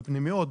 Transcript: בפנימיות,